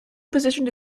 positioned